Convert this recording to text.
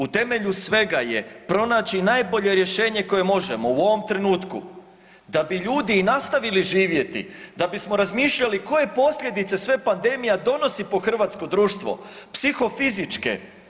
U temelju svega je pronaći najbolje rješenje koje možemo u ovom trenutku da bi ljudi i nastavili živjeti, da bismo razmišljali koje posljedice sve pandemija donosi po hrvatsko društvo, psihofizičke.